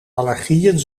allergieën